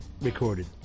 recorded